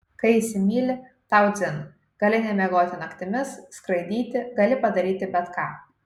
kai įsimyli tau dzin gali nemiegoti naktimis skraidyti gali padaryti bet ką